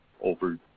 over